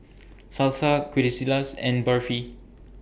Salsa and Barfi